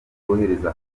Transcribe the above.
rwohereza